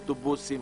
אוטובוסים,